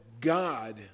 God